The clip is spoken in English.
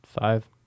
five